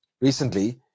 recently